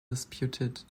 disputed